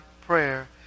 prayer